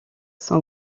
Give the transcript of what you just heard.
son